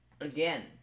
Again